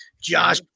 Josh